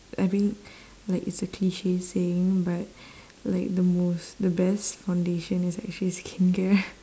I mean like it's a cliche saying but like the most the best foundation is actually skincare